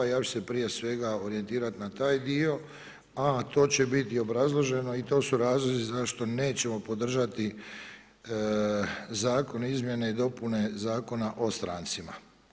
I ja ću se prije svega orijentirati na taj dio a to će biti i obrazloženo i to su razlozi zašto nećemo podržati zakone, Izmjene i dopune Zakona o strancima.